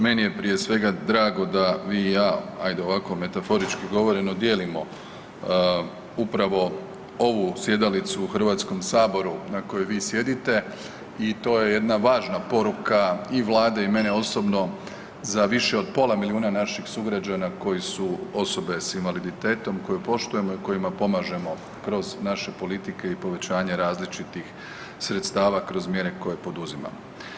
Meni je prije svega drago da vi i ja, ajde ovako metaforički govoreno dijelimo upravo ovu sjedalicu u HS-u na kojoj vi sjedite i to je jedna važna poruka i Vlade i mene osobno za više od pola milijuna naših sugrađana koji su osobe s invaliditetom koje poštujemo i kojima pomažemo kroz naše politike i povećanje različitih sredstava kroz mjere koje poduzimamo.